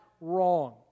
wrong